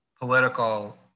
political